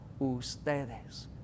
ustedes